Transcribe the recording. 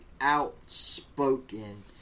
outspoken